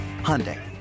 Hyundai